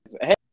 hey